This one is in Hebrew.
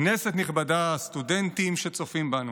כנסת נכבדה, סטודנטים שצופים בנו,